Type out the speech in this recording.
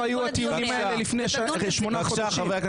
איפה היו כל הטיעונים האלה לפני שמונה חודשים?